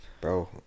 Bro